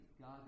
God